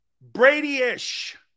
Brady-ish